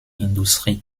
industrie